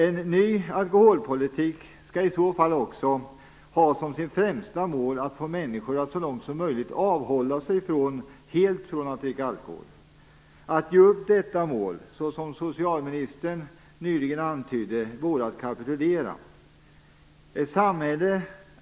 En ny alkoholpolitik skall också ha som sitt främsta mål att få människor att så långt som möjligt avhålla sig helt från att dricka alkohol. Att ge upp detta mål, såsom socialministern nyligen antydde, vore att kapitulera.